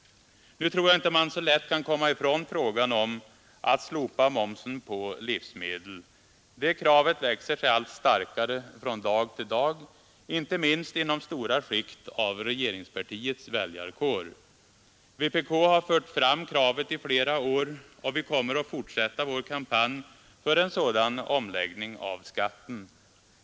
Nu kan man inte så lätt komma ifrån frågan om att slopa momsen på livsmedel. Det kravet växer sig allt starkare från dag till dag, inte minst inom stora skikt av regeringspartiets väljarkår. Vpk har fört fram kravet i flera år, och vi kommer att fortsätta vår kampanj för en sådan omläggning av skatten.